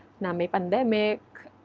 and um a pandemic,